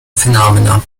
phenomena